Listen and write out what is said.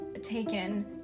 taken